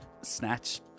Snatch